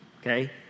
okay